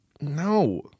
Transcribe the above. No